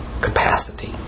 capacity